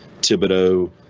Thibodeau